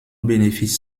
bénéfices